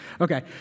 Okay